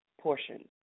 portion